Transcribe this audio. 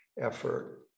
effort